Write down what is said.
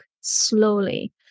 slowly